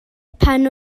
pan